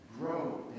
grow